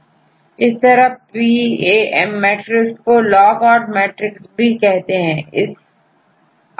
इस तरहPAMmatrix कोlog odd matrix भी कहते हैं